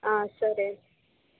సరే